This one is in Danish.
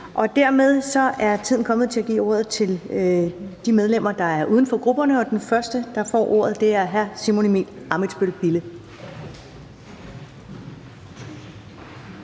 og dermed er tiden kommet til at give ordet til de medlemmer, der er uden for grupperne, og den første, der får ordet, er hr. Simon Emil Ammitzbøll.